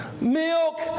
milk